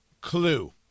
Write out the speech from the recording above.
clue